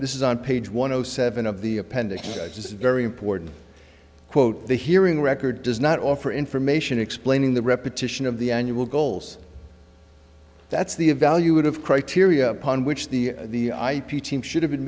this is on page one hundred seven of the appendix it's very important quote the hearing record does not offer information explaining the repetition of the annual goals that's the evaluative criteria upon which the the ip team should have been